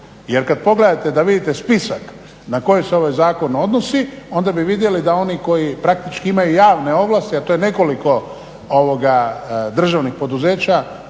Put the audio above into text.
Jer kad pogledate da vidite spisak na koje se ovaj zakon odnosi, onda bi vidjeli da oni koji praktički imaju javne ovlasti, a to je nekoliko državnih poduzeća